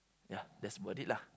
ya that's about it lah